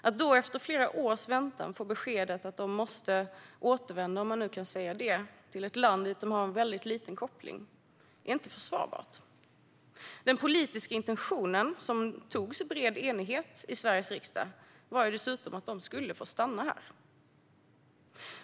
Att då efter flera års väntan få beskedet att de måste återvända, om man nu kan säga så, till ett land som de har väldigt liten koppling till är inte försvarbart. Den politiska intentionen, som togs i bred enighet i Sveriges riksdag, var ju dessutom att de skulle få stanna här.